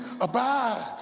abide